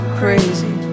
crazy